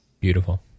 Beautiful